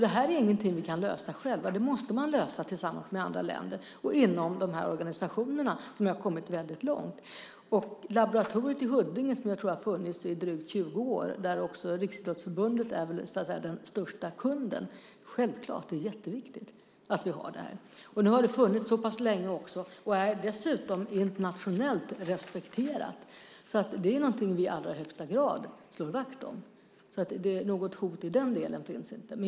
Det här är ingenting vi kan lösa själva utan det här måste lösas tillsammans med andra länder och inom dessa organisationer, som har kommit långt. Dopinglaboratoriet i Huddinge har funnits i drygt 20 år. Riksidrottsförbundet är den största kunden. Det är självklart viktigt att vi har laboratoriet. Nu har det funnits så pass länge och är dessutom internationellt respekterat. Det är något vi i allra högsta grad slår vakt om. Något hot i den delen finns inte.